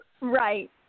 Right